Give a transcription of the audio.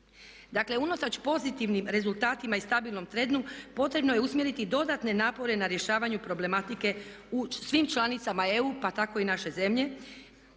Dakle unatoč pozitivnim rezultatima i stabilnom trendu potrebno je usmjeriti dodatne napore na rješavanju problematike u svim članicama EU pa tako i naše zemlje